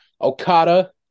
okada